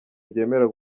ryemera